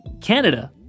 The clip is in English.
Canada